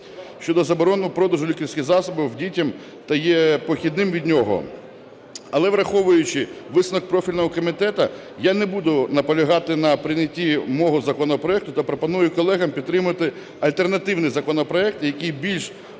щодо заборони продажу лікарських засобів дітям та є похідним від нього. Але, враховуючи висновок профільного комітету, я не буду наполягати на прийнятті мого законопроекту та пропоную колегам підтримати альтернативний законопроект, в якому більш